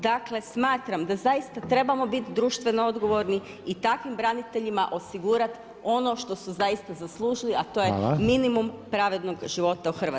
Dakle, smatram da zaista trebamo biti društveno odgovorni i takvim braniteljima osigurati ono što su zaista zaslužili, a to je minimum pravednog života u Hrvatskoj.